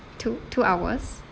two two hours